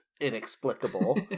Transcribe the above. inexplicable